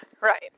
Right